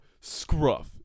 Scruff